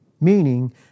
meaning